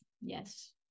yes